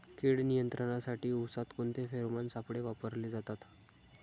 कीड नियंत्रणासाठी उसात कोणते फेरोमोन सापळे वापरले जातात?